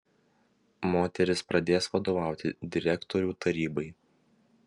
moteris pradės vadovauti direktorių tarybai